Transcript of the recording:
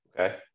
Okay